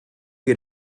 wir